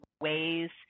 ways